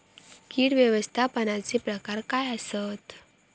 कीड व्यवस्थापनाचे प्रकार काय आसत?